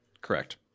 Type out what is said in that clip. Correct